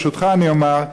ברשותך אני אומר,